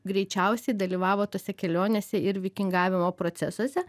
greičiausiai dalyvavo tose kelionėse ir vikingavimo procesuose